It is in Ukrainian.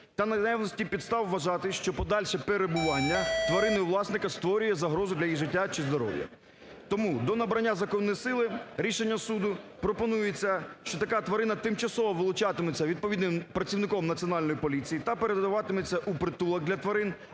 та наявності підстав вважати, що подальше перебування тварини у власника створює загрозу для її життя чи здоров'я. Тому до набрання законної сили рішення суду пропонується, що така тварина тимчасово вилучатиметься відповідним працівником Національної поліції та передаватиметься у притулок для тварин